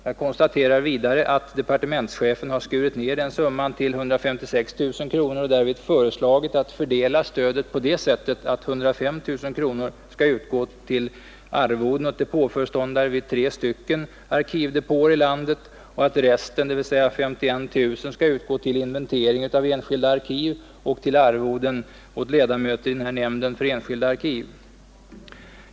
Jag konstaterar vidare att departementschefen har skurit ned den summan till 156 000 kronor och därvid föreslagit att stödet skall fördelas på det sättet att 105 000 kronor skall utgå till arvoden åt depåföreståndare vid tre arkivdepåer i landet och att resten, dvs. 51 000 kronor, skall utgå till inventering av enskilda arkiv och till arvoden åt ledamöter i nämnden för enskilda arkiv.